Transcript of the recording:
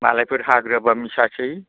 मालायफोर हाग्रोआबा मिसासै